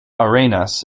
arenas